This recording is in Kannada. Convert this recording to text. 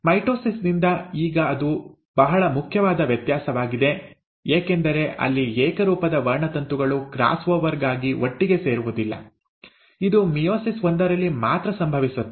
ಮೈಟೊಸಿಸ್ ನಿಂದ ಈಗ ಅದು ಬಹಳ ಮುಖ್ಯವಾದ ವ್ಯತ್ಯಾಸವಾಗಿದೆ ಏಕೆಂದರೆ ಅಲ್ಲಿ ಏಕರೂಪದ ವರ್ಣತಂತುಗಳು ಕ್ರಾಸ್ ಓವರ್ ಗಾಗಿ ಒಟ್ಟಿಗೆ ಸೇರುವುದಿಲ್ಲ ಇದು ಮಿಯೋಸಿಸ್ ಒಂದರಲ್ಲಿ ಮಾತ್ರ ಸಂಭವಿಸುತ್ತದೆ